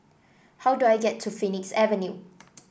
how do I get to Phoenix Avenue